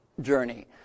journey